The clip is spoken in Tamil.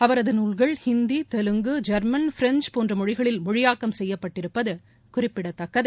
அவரது நூல்கள் இந்தி தெலுங்கு ஜெர்மன் பிரெஞ்ச் போன்ற மொழிகளில் மொழியாக்கம் செய்யப்பட்டிருப்பது குறிப்பிடத்தக்கது